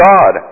God